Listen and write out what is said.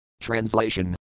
Translation